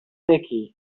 toffee